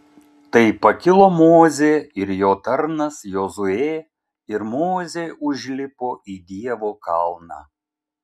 tai pakilo mozė ir jo tarnas jozuė ir mozė užlipo į dievo kalną